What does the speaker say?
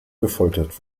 gefoltert